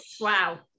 Wow